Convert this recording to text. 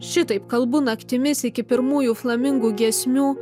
šitaip kalbu naktimis iki pirmųjų flamingų giesmių